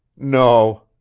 no.